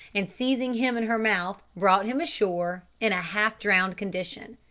and, seizing him in her mouth, brought him ashore in a half-drowned condition.